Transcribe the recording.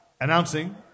announcing